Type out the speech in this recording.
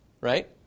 right